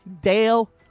Dale